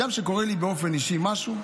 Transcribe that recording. גם כשקורה לי באופן אישי משהו.